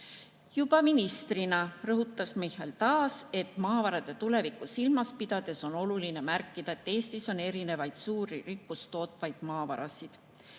Juba ministrina rõhutas Michal taas, et maavarade tulevikku silmas pidades on oluline märkida, et Eestis on erinevaid suuri rikkusi toovaid maavarasid: